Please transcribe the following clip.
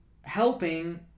helping